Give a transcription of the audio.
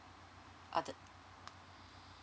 uh the